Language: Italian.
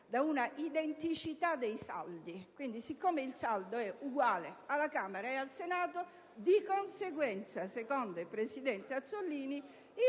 dall'identicità dei saldi, siccome il saldo è uguale alla Camera e al Senato, di conseguenza, secondo il presidente Azzollini,